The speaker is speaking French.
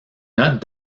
notes